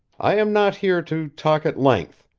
i am not here to talk at length.